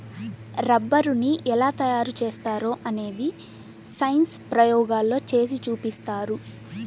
రబ్బరుని ఎలా తయారు చేస్తారో అనేది సైన్స్ ప్రయోగాల్లో చేసి చూపిస్తారు